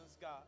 God